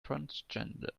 transgender